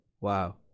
Wow